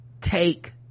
take